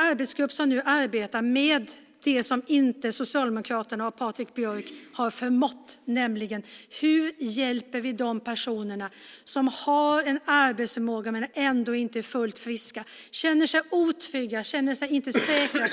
Arbetsgruppen nu arbetar med det som Socialdemokraterna och Patrik Björck inte har förmått göra. Det gäller då hur vi hjälper de personer som har en arbetsförmåga men som inte är fullt friska och som känner sig otrygga och inte säkra